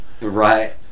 Right